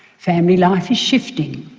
family life is shifting.